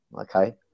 okay